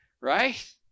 right